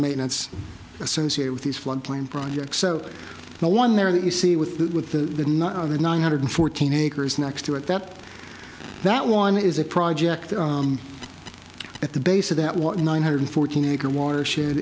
maintenance associated with these floodplain projects so no one there that you see with that with the other nine hundred fourteen acres next to it that that one is a project at the base of that what nine hundred fourteen acre watershed